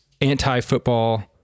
anti-football